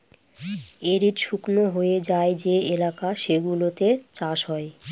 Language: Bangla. এরিড শুকনো হয়ে যায় যে এলাকা সেগুলোতে চাষ হয়